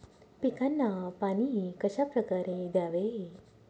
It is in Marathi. पिकांना पाणी कशाप्रकारे द्यावे?